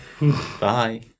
bye